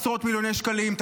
עשרות מיליוני שקלים,